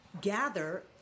gather